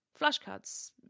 flashcards